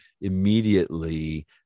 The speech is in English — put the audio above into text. immediately